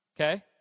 Okay